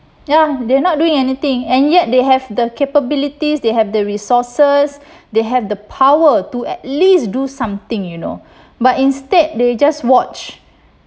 ya they're not doing anything and yet they have the capabilities they have the resources they have the power to at least do something you know but instead they just watch